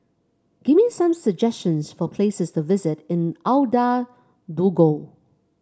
give me some suggestions for places to visit in Ouagadougou